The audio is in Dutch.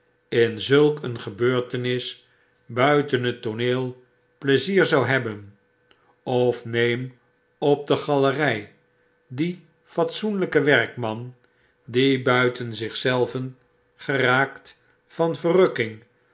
in zulk een gebeurtenis buiten het tooneel pleizier zou hebben of neem op de galerij dien fatsoenlpen werkman die buiten zich zelven geraakt van verrukking